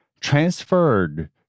transferred